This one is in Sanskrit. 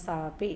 सापि